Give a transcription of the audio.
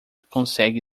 consegue